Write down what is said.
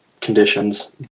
conditions